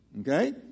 Okay